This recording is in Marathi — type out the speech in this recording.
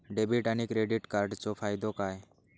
डेबिट आणि क्रेडिट कार्डचो फायदो काय?